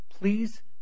please